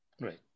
Right